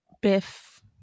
Biff